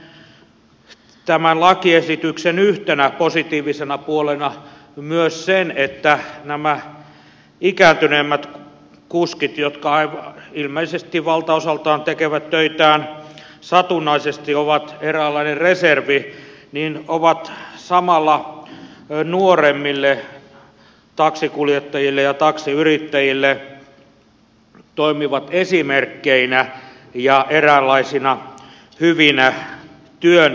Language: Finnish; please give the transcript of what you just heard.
näen tämän lakiesityksen yhtenä positiivisena puolena myös sen että nämä ikääntyneemmät kuskit jotka ilmeisesti valtaosaltaan tekevät töitään satunnaisesti ovat eräänlainen reservi ja samalla toimivat nuoremmille taksinkuljettajille ja taksiyrittäjille esimerkkeinä ja eräänlaisina hyvinä työnohjaajina